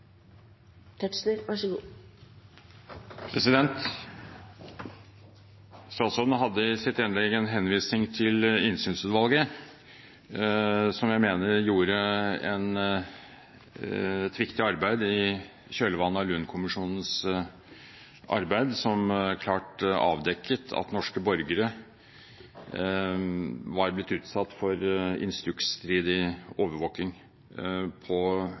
Statsråden hadde i sitt innlegg en henvisning til Innsynsutvalget, som jeg mener gjorde et viktig arbeid i kjølvannet av Lund-kommisjonens arbeid, som klart avdekket at norske borgere var blitt utsatt for instruksstridig overvåkning, ofte på